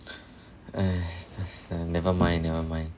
never mind never mind